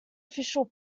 official